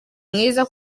mwiza